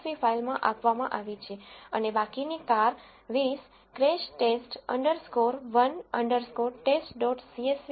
csv ફાઇલમાં આપવામાં આવી છે અને બાકીની car 20 crash test underscore 1 underscore test dot સીએસવીcrashTest 1 TEST